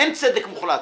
אין צדק מוחלט.